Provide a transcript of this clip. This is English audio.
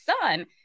son